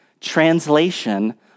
translation